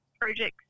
projects